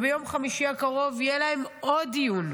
ביום חמישי הקרוב יהיה להם עוד דיון,